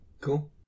Cool